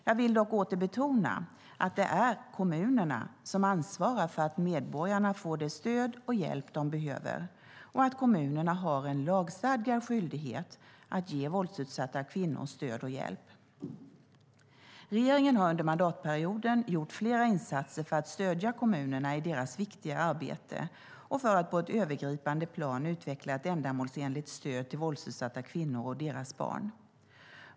Jag vill dock åter betona att det är kommunerna som ansvarar för att medborgarna får det stöd och den hjälp de behöver och att kommunerna har en lagstadgad skyldighet att ge våldsutsatta kvinnor stöd och hjälp. Regeringen har under mandatperioden gjort flera insatser för att stödja kommunerna i deras viktiga arbete och på ett övergripande plan utveckla ett ändamålsenligt stöd till våldsutsatta kvinnor och deras barn.